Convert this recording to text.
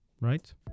right